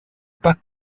pas